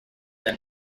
than